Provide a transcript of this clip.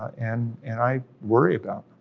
and and i worry about